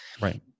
Right